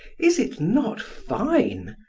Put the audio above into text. is it not fine?